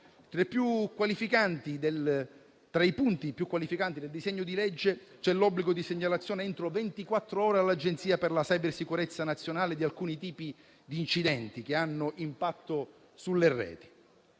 Tra i punti più qualificanti del disegno di legge c'è l'obbligo di segnalazione entro ventiquattr'ore all'Agenzia per la cybersicurezza nazionale di alcuni tipi di incidenti che hanno impatto sulle reti.